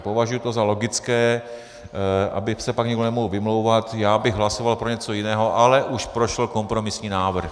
Považuji to za logické, aby se pak někdo nemohl vymlouvat: Já bych hlasoval pro něco jiného, ale už prošel kompromisní návrh.